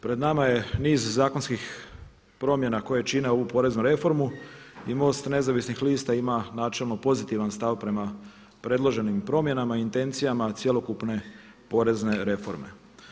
Pred nama je niz zakonskih promjena koje čine ovu poreznu reformu i MOST Nezavisnih lista ima načelno pozitivan stav prema predloženim promjenama i intencijama cjelokupne porezne reforme.